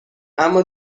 اما